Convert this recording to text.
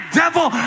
devil